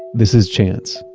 this is chance!